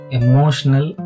emotional